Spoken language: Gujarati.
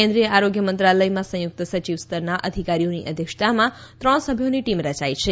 કેન્દ્રીય આરોગ્ય મંત્રાલયમાં સંયુક્ત સચિવ સ્તરના અધિકારીઓની અધ્યક્ષતામાં ત્રણ સભ્યોની ટીમ રચાઈ છે